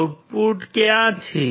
output ક્યાં છે